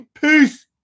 peace